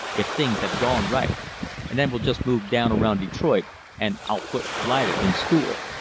if things'd have gone right and then we'll jest move down around detroit an' i'll put lida in school.